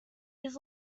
his